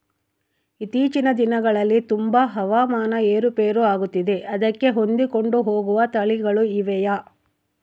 ಇತ್ತೇಚಿನ ದಿನಗಳಲ್ಲಿ ತುಂಬಾ ಹವಾಮಾನ ಏರು ಪೇರು ಆಗುತ್ತಿದೆ ಅದಕ್ಕೆ ಹೊಂದಿಕೊಂಡು ಹೋಗುವ ತಳಿಗಳು ಇವೆಯಾ?